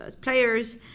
players